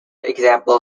example